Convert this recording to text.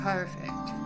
Perfect